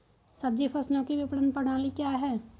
सब्जी फसलों की विपणन प्रणाली क्या है?